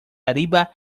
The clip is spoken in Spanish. arriba